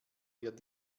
wird